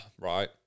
right